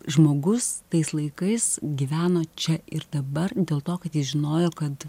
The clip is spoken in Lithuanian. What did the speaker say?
žmogus tais laikais gyveno čia ir dabar dėl to kad jis žinojo kad